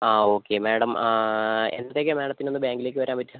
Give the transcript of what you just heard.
ആ okay madam എന്നത്തേക്കാണ് മാഡത്തിന് ഒന്ന് ബാങ്കിലേക്ക് വരാൻ പറ്റുക